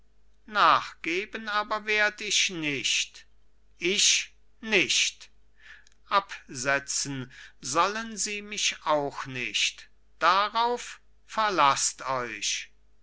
nachgeben aber werd ich nicht ich nicht absetzen sollen sie mich auch nicht darauf verlaßt euch